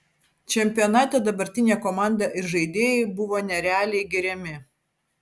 čempionate dabartinė komanda ir žaidėjai buvo nerealiai giriami